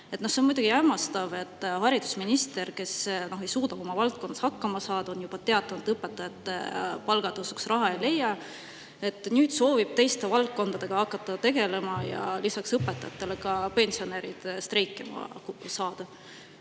See on muidugi hämmastav, et haridusminister, kes ei suuda oma valdkonnas hakkama saada ja on juba teatanud, et õpetajate palgatõusuks raha ei leia, soovib nüüd teiste valdkondadega hakata tegelema ja lisaks õpetajatele ka pensionärid streikima saada.